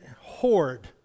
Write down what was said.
hoard